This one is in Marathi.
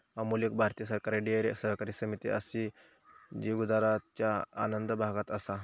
अमूल एक भारतीय सरकारी डेअरी सहकारी समिती असा जी गुजरातच्या आणंद भागात असा